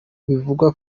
bivugwa